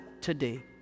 today